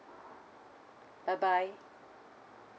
bye bye